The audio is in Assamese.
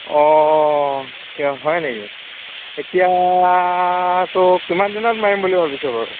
অঁ হয় নেকি এতিয়া ' কিমান দিনত মাৰিম বুলি ভাবিছোঁ বাৰু